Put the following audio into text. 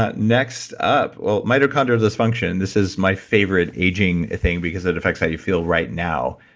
ah next up, mitochondrial dysfunction, this is my favorite aging thing because it affects how you feel right now.